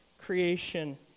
creation